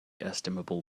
estimable